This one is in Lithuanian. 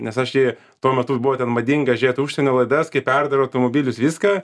nes aš jį tuo metu buvo ten madinga žiūrėt užsienio laidas kai perdaro automobilius viską